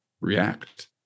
react